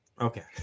Okay